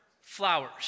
flowers